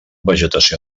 vegetació